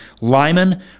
Lyman